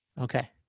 Okay